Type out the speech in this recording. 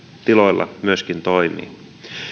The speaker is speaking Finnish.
tiloilla toimii